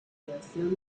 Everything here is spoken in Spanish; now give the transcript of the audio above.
creaciones